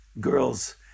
girls